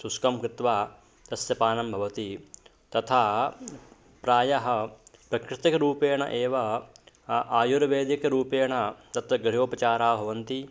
शुष्कं कृत्वा तस्य पानं भवति तथा प्रायः प्राकृतिकरूपेण एव आयुर्वेदिकरूपेण तत्र गृहोपचाराः भवन्ति